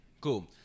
Cool